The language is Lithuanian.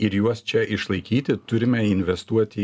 ir juos čia išlaikyti turime investuoti